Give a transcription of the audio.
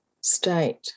state